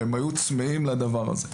והן היו צמאות לדבר הזה.